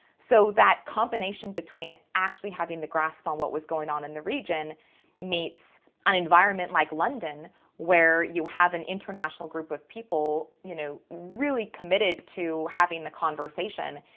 so that combination between actually having the grasp on what was going on in the region meets an environment like london where you have an international group of people, you know, really committed to having the conversation,